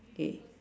K